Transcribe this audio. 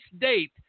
date